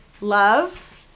love